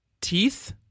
Teeth